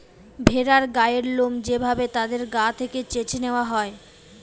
ভেড়ার গায়ের লোম যে ভাবে তাদের গা থেকে চেছে নেওয়া হয়